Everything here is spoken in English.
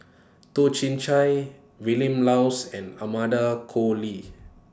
Toh Chin Chye Vilma Laus and Amanda Koe Lee